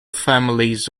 families